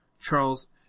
Charles